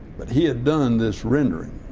but he had done this rendering